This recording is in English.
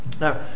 Now